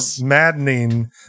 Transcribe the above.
maddening